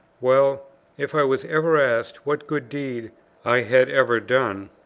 well if i was ever asked what good deed i had ever done,